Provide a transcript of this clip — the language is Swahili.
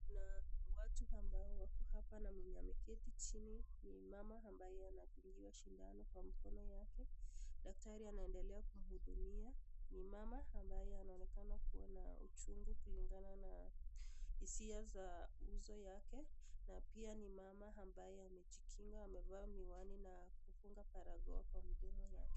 Watu ambao wako hapa na mwenye ameketi chini ni mama ambaye anadungiwa sindano kwa mkono yake ,daktari anaendelea kumhudumia. Ni mama ambaye anayeonekana kuwa na uchungu kulingana na hisia za uso yake. Amejikinga amevaa miwani na kufunga barakoa kwa mdomo yake.